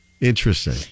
Interesting